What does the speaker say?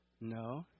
No